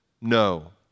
no